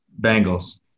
Bengals